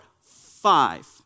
five